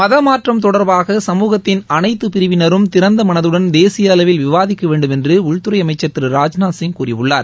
மதமாற்றம் தொடா்பாக சமூகத்தின் அனைத்து பிரிவினரும் திறந்த மனதுடன் தேசிய அளவில் விவாதிக்க வேண்டுமென்று உள்துறை அமைச்சள் திரு ராஜ்நாத் சிங் கூறியுள்ளார்